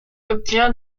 obtient